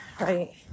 right